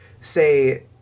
say